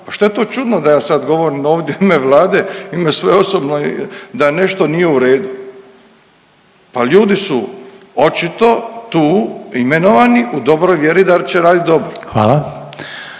Pa šta je to čudno da ja sad govorim ovdje u ime Vlade, u ime svoje osobno da nešto nije u redu. Pa ljudi su očito tu imenovani u dobroj vjeri da će raditi dobro.